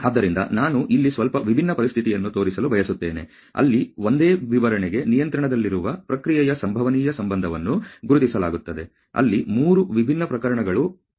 ಆದ್ದರಿಂದ ನಾನು ಇಲ್ಲಿ ಸ್ವಲ್ಪ ವಿಭಿನ್ನ ಪರಿಸ್ಥಿತಿಯನ್ನು ತೋರಿಸಲು ಬಯಸುತ್ತೇನೆ ಅಲ್ಲಿ ಒಂದೇ ವಿವರಣೆಗೆ ನಿಯಂತ್ರಣದಲ್ಲಿರುವ ಪ್ರಕ್ರಿಯೆಯ ಸಂಭವನೀಯ ಸಂಬಂಧವನ್ನು ಗುರುತಿಸಲಾಗುತ್ತದೆ ಅಲ್ಲಿ 3 ವಿಭಿನ್ನ ಪ್ರಕರಣಗಳನ್ನು ನೀಡಲಾಗುತ್ತದೆ